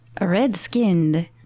red-skinned